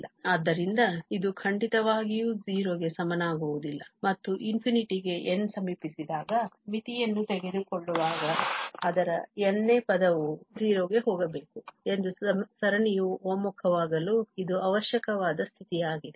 ಆದ್ದರಿಂದ ಇದು ಖಂಡಿತವಾಗಿಯೂ 0 ಗೆ ಸಮನಾಗಿರುವುದಿಲ್ಲ ಮತ್ತು ∞ ಗೆ n ಸಮೀಪಿಸಿದಾಗ ಮಿತಿಯನ್ನು ತೆಗೆದುಕೊಳ್ಳುವಾಗ ಅದರ n ನೇ ಪದವು 0 ಗೆ ಹೋಗಬೇಕು ಎಂದು ಸರಣಿಯು ಒಮ್ಮುಖ ವಾಗಲು ಇದು ಅವಶ್ಯಕವಾದ ಸ್ಥಿತಿಯಾಗಿದೆ